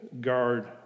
guard